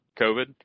COVID